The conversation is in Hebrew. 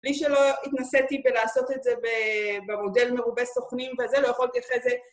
בלי שלא התנסיתי בלעשות את זה במודל מרובה סוכנים וזה, לא יכולתי אחרי זה